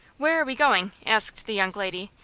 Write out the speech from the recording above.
where are we going? asked the young lady,